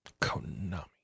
konami